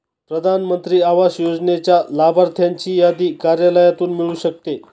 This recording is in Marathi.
प्रधान मंत्री आवास योजनेच्या लाभार्थ्यांची यादी कार्यालयातून मिळू शकते